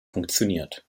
funktioniert